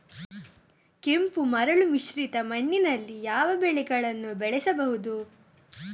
ಕೆಂಪು ಮರಳು ಮಿಶ್ರಿತ ಮಣ್ಣಿನಲ್ಲಿ ಯಾವ ಬೆಳೆಗಳನ್ನು ಬೆಳೆಸಬಹುದು?